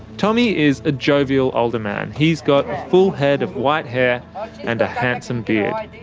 tommy is a jovial older man. he's got a full head of white hair and a handsome beard.